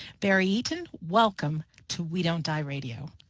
barry eaton, welcome to we don't die radio.